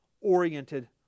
oriented